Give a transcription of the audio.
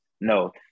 no